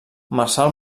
marçal